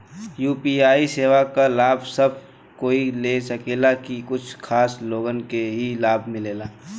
UPI सेवा क लाभ सब कोई ले सकेला की कुछ खास लोगन के ई लाभ मिलेला?